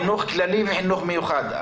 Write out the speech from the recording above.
חינוך כללי וחינוך מיוחד.